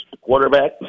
quarterback